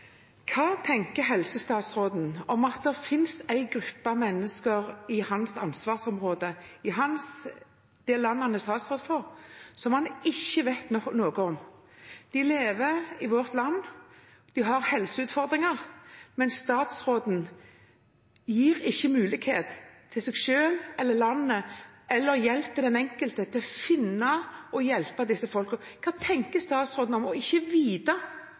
Hva tenker helsestatsråden om at det finnes en gruppe mennesker innenfor hans ansvarsområde i landet han er statsråd som han ikke vet noe om? De lever i vårt land, de har helseutfordringer, men statsråden gir ikke mulighet for seg selv eller landet – eller hjelp til den enkelte – til å finne og hjelpe disse folkene. Hva tenker statsråden om ikke å vite